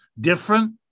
different